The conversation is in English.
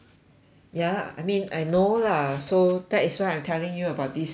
ya I mean I know lah so that is why I'm telling you about this story